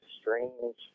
strange